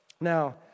Now